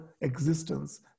existence